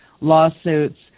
lawsuits